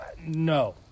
no